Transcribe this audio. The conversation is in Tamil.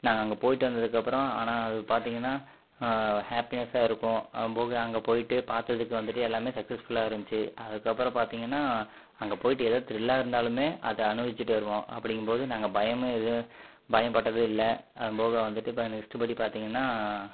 நாங்கள் அங்கே போயிட்டு வந்ததுக்கப்புறம் ஆனால் அது பார்த்தீங்கன்னா ஹாப்பினஸ்ஸாக இருக்கும் அதுபோக அங்கே போயிட்டு பார்த்ததுக்கு வந்துட்டு எல்லாமே சக்சஸ்ஃபுல்லாக இருந்துச்சு அதுக்கப்புறம் பார்த்தீங்கன்னா அங்கே போயிட்டு எதாது திர்ல்லாக இருந்தாலுமே அதை அனுபவிச்சுட்டு வருவோம் அப்படிங்கும் போது நாங்கள் பயமே ஏதுவும் பயப்பட்டது இல்லை அதுபோக வந்துட்டு இப்போ நெக்ஸ்ட்டு படி பார்த்தீங்கன்னா